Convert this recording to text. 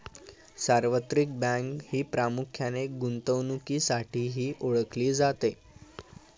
सार्वत्रिक बँक ही प्रामुख्याने गुंतवणुकीसाठीही ओळखली जाते